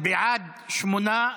בעד, שמונה.